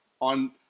on